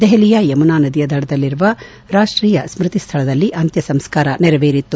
ದೆಹಲಿಯ ಯಮುನಾ ನದಿಯ ದಡದಲ್ಲಿರುವ ರಾಷ್ಷೀಯ ಸ್ತ್ತಿ ಸ್ಥಳದಲ್ಲಿ ಅಂತ್ಯ ಸಂಸ್ಕಾರ ನೆರವೇರಿತ್ತು